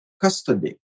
custody